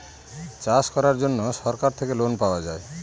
চাষ করার জন্য সরকার থেকে লোন পাওয়া যায়